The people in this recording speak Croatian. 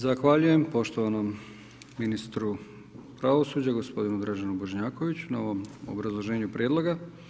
Zahvaljujem poštovanom ministru pravosuđa gospodinu Draženu Bošnjakoviću na ovom obrazloženju prijedloga.